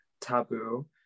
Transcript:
taboo